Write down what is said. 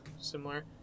similar